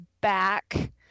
back